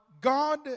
God